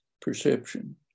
perception